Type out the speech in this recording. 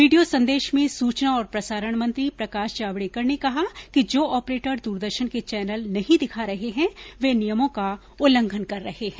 video संदेश में सूचना और प्रसारण मंत्री प्रकाश जावड़ेकर ने कहा कि जो ऑपरेटर दूरदर्शन के चैनल नहीं दिखा रहे हैं वे नियमों का उल्लंघन कर रहे हैं